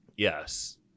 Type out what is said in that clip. Yes